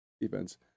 defense